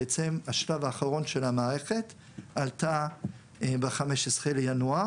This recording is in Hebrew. בעצם השלב האחרון של המערכת עלה ב-15 בינואר